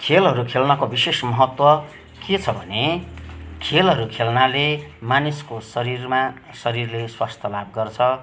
खेलहरू खेल्नको विशेष महत्व के छ भने खेलहरू खेल्नाले मान्छेको शरीरमा शरीरले स्वास्थ्यलाभ गर्छ